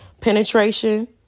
penetration